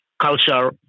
culture